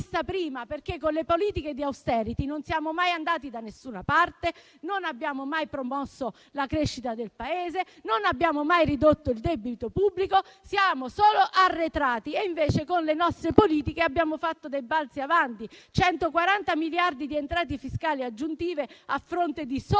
perché con le politiche di *austerity* non siamo mai andati da nessuna parte, non abbiamo mai promosso la crescita del Paese e non abbiamo mai ridotto il debito pubblico; siamo solo arretrati. Invece con le nostre politiche abbiamo fatto dei balzi in avanti: 140 miliardi di entrate fiscali aggiuntive, a fronte di soli